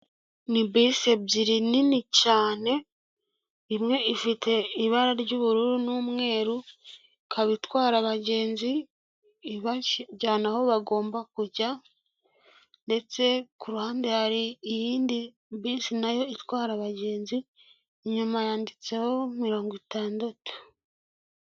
Ni bisi ebyiri nini cyane, imwe ifite ibara ry'ubururu n'umweru, ikaba itwara abagenzi, ibajyana aho bagomba kujya, ndetse ku ruhande hari iyindi bisi nayo itwara abagenzi ,inyuma yanditseho mirongo itandatu